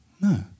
No